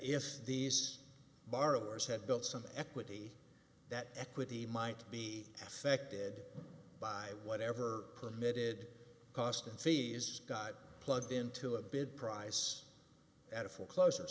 if these borrowers had built some equity that equity might be affected by whatever permitted cost and fee is got plugged into a bid price at a foreclosure